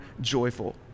joyful